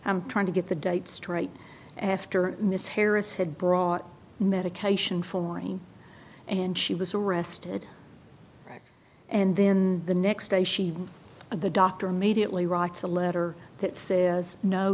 after trying to get the date straight after miss harris had brought medication for pain and she was arrested and then the next day she and the doctor immediately writes a letter that